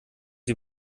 sie